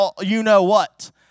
you-know-what